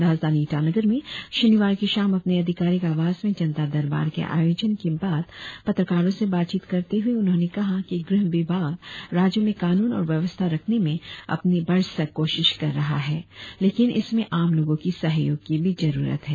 राजधानी ईटानगर में शनिवार की शाम अपने आधिकारिक आवास में जनता दरबार के आयोजन के बाद पत्रकारो से बातचीत करते हुए उन्होंने कहा कि गृह विभाग राज्य में कानून और व्यवस्था रखने में अपनी बरसक कौशिश कर रहा है लेकिन इसमें आम लोगो की सहयोग की भी जरुरत है